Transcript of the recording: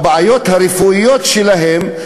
של הבעיות הרפואיות שלהם,